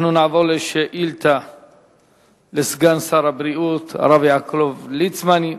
נעבור לשאילתא לסגן שר הבריאות, הרב יעקב ליצמן,